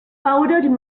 powdered